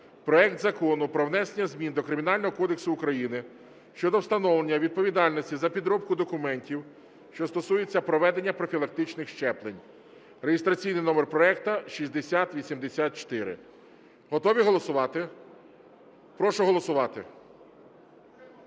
проект Закону про внесення змін до Кримінального кодексу України щодо встановлення відповідальності за підробку документів, що стосуються проведення профілактичних щеплень (реєстраційний номер проекту 6084). Готові голосувати? Прошу голосувати.